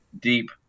deep